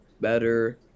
better